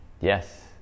yes